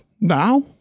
Now